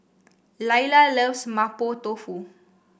Layla loves Mapo Tofu